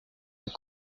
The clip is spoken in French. aux